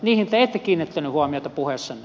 te ette kiinnittänyt huomiota puheessanne